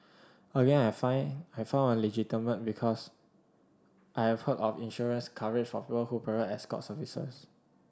again I find I found it legitimate because I have heard of insurance coverage for who provide escort services